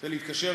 זה להתקשר